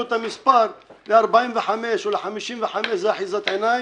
המספר ל-45 או ל-55, זה אחיזת עיניים.